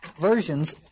versions